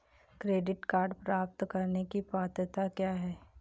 Credit card प्राप्त करने की पात्रता क्या है?